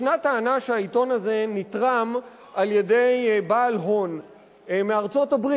ישנה טענה שהעיתון הזה נתרם על-ידי בעל הון מארצות-הברית,